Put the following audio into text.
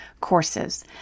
courses